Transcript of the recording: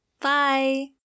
Bye